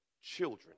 children